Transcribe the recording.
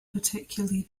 particularly